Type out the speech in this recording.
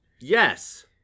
Yes